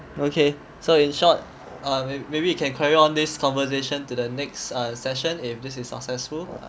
okay so in short ah then maybe you can carry on this conversation to the next session if this is successful